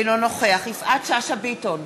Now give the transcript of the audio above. אינו נוכח יפעת שאשא ביטון,